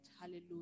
hallelujah